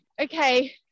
okay